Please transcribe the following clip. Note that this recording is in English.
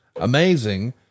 amazing